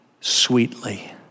sweetly